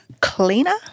cleaner